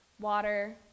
water